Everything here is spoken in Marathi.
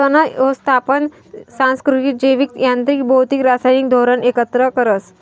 तण यवस्थापन सांस्कृतिक, जैविक, यांत्रिक, भौतिक, रासायनिक धोरण एकत्र करस